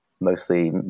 mostly